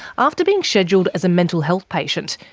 after being scheduled as a mental health patient,